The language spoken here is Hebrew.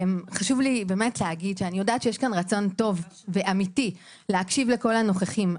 אני יודעת שיש פה רצון טוב ואמיתי להקשיב לכל הנוכחים,